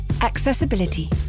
accessibility